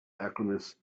alchemist